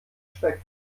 speck